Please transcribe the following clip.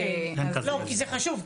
זה חשוב,